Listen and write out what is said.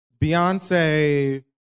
Beyonce